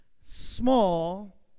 small